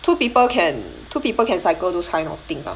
two people can two people can cycle those kind of thing ah